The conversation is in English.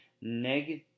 negative